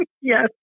Yes